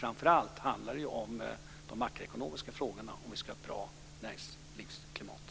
Framför allt handlar det om de makroekonomiska frågorna om vi ska ha ett bra näringslivsklimat.